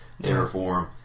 reform